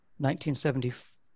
1970